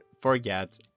forget